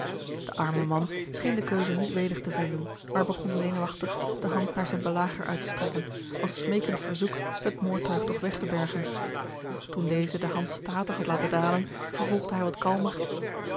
de arme man scheen de keuze niet welig te vinden maar begon zenuwachtig de hand naar zijn belager uit te strekken als smeekend verzoek het moordtuig toch weg te bergen toen deze de hand statig had laten dalen vervolgde hij wat kalmer